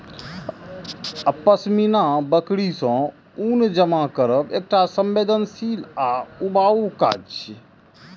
पश्मीना बकरी सं ऊन जमा करब एकटा संवेदनशील आ ऊबाऊ काज छियै